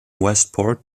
westport